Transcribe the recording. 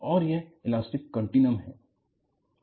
और यह elastic continuum भी है